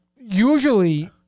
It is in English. usually